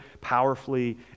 powerfully